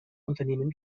unternehmen